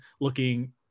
looking